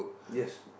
yes